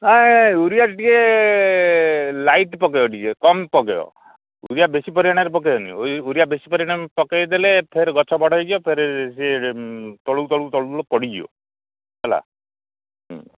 ନାଇଁ ୟୁରିଆ ଟିକେ ଲାଇଟ୍ ପକେଇବ ଟିକେ କମ ପକେଇବ ୟୁରିଆ ବେଶୀ ପରିମାଣରେ ପକେଇବନି ୟୁରିଆ ବେଶୀ ପରିମାଣ ପକେଇଦେଲେ ଫେର ଗଛ ବଡ଼ ହେଇଯିବ ଫେରେ ସେ ତଳକୁ ତଳକୁ ତଳକୁ ପଡ଼ିଯିବ ହେଲା ହୁଁ